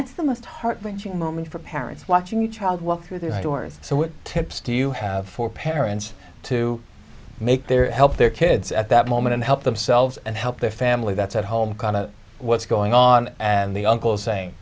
that's the most heart wrenching moment for parents watching your child walk through their doors so what tips do you have for parents to make their help their kids at that moment help themselves and help their family that's at home kind of what's going on in the uncles saying